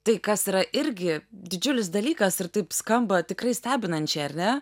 tai kas yra irgi didžiulis dalykas ir taip skamba tikrai stebinančiai ar ne